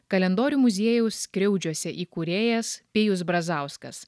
kalendorių muziejaus skriaudžiuose įkūrėjas pijus brazauskas